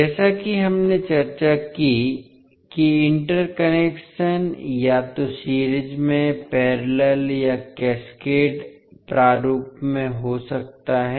जैसा कि हमने चर्चा की कि इंटरकनेक्शन या तो सीरीज में पैरेलल या कैस्केड प्रारूप में हो सकता है